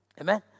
Amen